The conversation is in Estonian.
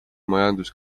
majandus